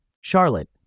Charlotte